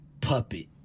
puppet